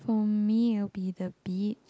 for me will be the beach